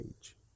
age